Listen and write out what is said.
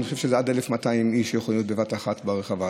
אני חושב שעד 1,200 איש יכולים להיות בבת אחת ברחבה.